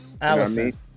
allison